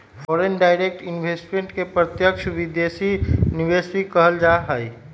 foreign direct investment के प्रत्यक्ष विदेशी निवेश भी कहल जा हई